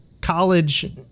college